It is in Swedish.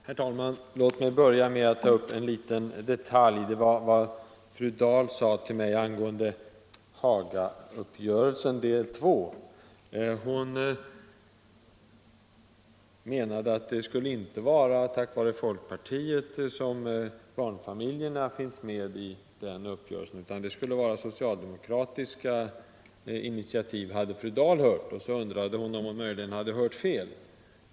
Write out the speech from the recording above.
Herr talman! Låt mig börja med att ta upp en liten detalj. Den gäller vad fru Dahl sade till mig angående Hagauppgörelsen del II. Hon menade att det inte var folkpartiets förtjänst att barnfamiljerna finns med i den uppgörelsen, utan det skulle, efter vad hon hade hört, vara på socialdemokratiskt initiativ. Och så undrade hon om hon möjligen hade hört fel.